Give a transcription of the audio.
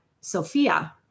Sophia